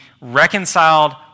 reconciled